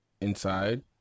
inside